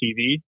TV